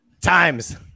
Times